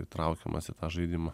įtraukiamas į tą žaidimą